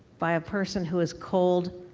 by a person who is cold,